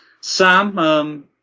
Sam